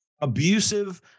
abusive